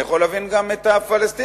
אני יכול להבין גם את הפלסטינים,